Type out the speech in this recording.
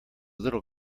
little